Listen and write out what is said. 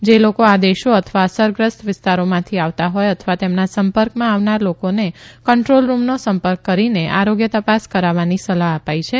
જે લોકો આ દેશો અથવા અસરગ્રસ્ત વિસ્તારોમાંથી આવતા હોય અથવા તેમના સં કંમાં આવનાર લોકોને કંદ્રોલરૂમનો સં કં કરીને આરોગ્ય ત ાસ કરાવવાની સલાહ અ ાઇ છે